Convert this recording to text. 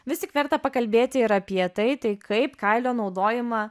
vis tik verta pakalbėti ir apie tai tai kaip kailio naudojimą